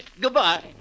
Goodbye